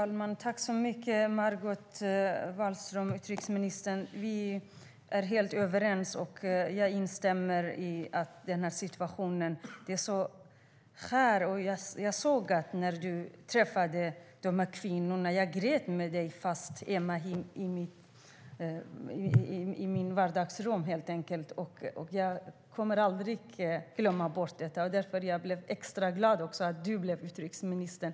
Herr talman! Tack, utrikesministern! Vi är helt överens. Jag instämmer i att situationen är hjärtskärande. Jag såg när du träffade kvinnorna, Margot Wallström, och jag grät med dig fast jag satt i mitt eget vardagsrum. Jag kommer aldrig att glömma det. Därför blev jag extra glad att just du blev utrikesminister.